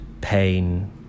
pain